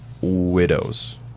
Widows